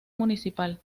municipal